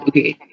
Okay